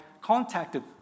contacted